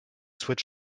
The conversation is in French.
souhaite